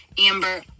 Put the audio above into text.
Amber